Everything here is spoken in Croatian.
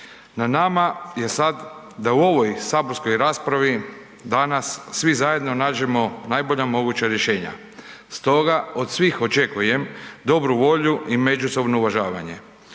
Na nama je sad da u ovoj saborskoj raspravi danas svi zajedno nađemo najbolja moguća rješenja. Stoga od svih očekujem dobru volju i međusobno uvažavanje.